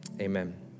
amen